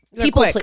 people